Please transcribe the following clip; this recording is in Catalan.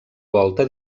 volta